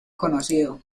conocido